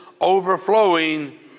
overflowing